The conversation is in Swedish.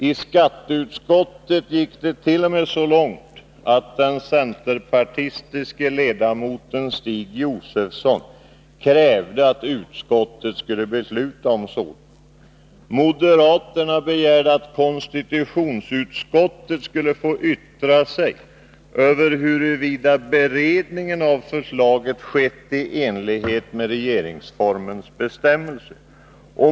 I skatteutskottet gick det t.o.m. så långt att den 16 december 1982 centerpartistiska ledamoten Stig Josefson krävde att utskottet skulle besluta om remiss till lagrådet. Moderaterna begärde att konstitutionsutskottet skulle få yttra sig över huruvida beredningen av förslaget skett i enlighet med regeringsformens bestämmelser.